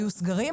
היו סגרים,